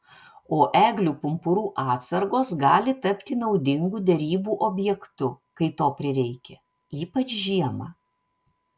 o eglių pumpurų atsargos gali tapti naudingu derybų objektu kai to prireikia ypač žiemą